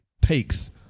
takes